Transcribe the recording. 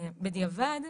בדיעבד,